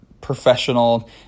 professional